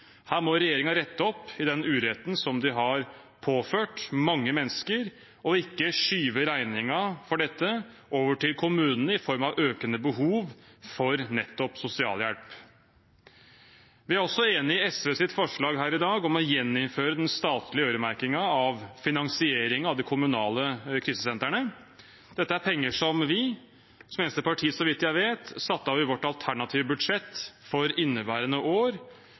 Her må regjeringen rette opp i den uretten som de har påført mange mennesker, og ikke skyve regningen for dette over til kommunene i form av økende behov for nettopp sosialhjelp. Vi er også enig i SVs forslag her i dag om å gjeninnføre den statlige øremerkingen av finansieringen av de kommunale krisesentrene. Dette er penger som vi – som eneste parti, så vidt jeg vet – satte av i vårt alternative budsjett for inneværende år,